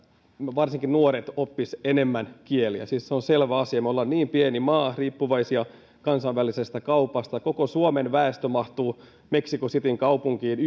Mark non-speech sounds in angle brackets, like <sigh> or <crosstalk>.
varsinkin nuoret oppisivat enemmän kieliä siis se on selvä asia me olemme niin pieni maa riippuvaisia kansainvälisestä kaupasta koko suomen väestö mahtuu mexico cityn kaupungin <unintelligible>